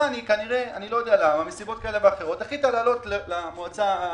חנ"י כנראה החליטה לעלות למועצה הארצית.